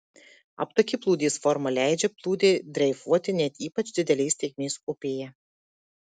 aptaki plūdės forma leidžia plūdei dreifuoti net ypač didelės tėkmės upėje